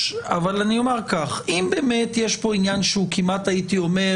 אבל אם באמת יש כאן עניין שהוא כמעט מעין